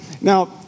Now